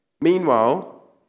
Meanwhile